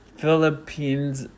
Philippines